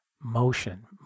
motion